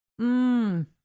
Mmm